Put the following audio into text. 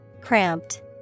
Cramped